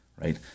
right